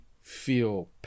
feel